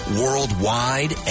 worldwide